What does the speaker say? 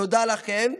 תודה לכם,